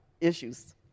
issues